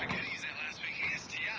last week against ti.